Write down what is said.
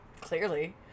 Clearly